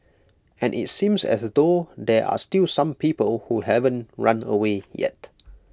and IT seems as though there are still some people who haven't run away yet